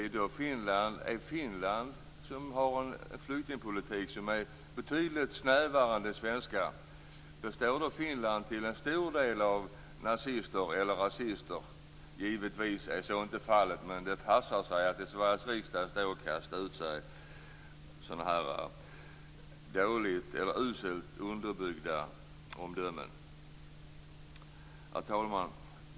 Består Finland, med en betydligt snävare flyktingpolitik än den svenska, av en stor del nazister eller rasister? Givetvis är så inte fallet. Men det passar sig att i Sveriges riksdag kasta ut sig sådana uselt underbyggda omdömen. Herr talman!